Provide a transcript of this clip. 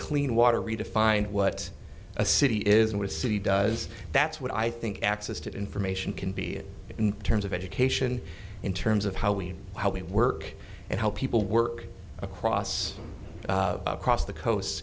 clean water redefined what a city is and with city does that's what i think access to information can be in terms of education in terms of how we how we work and how people work across across the coast